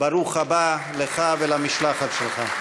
ברוך הבא לך ולמשלחת שלך.